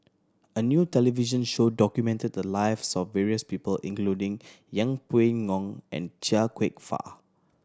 a new television show documented the lives of various people including Yeng Pway Ngon and Chia Kwek Fah